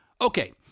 Okay